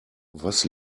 was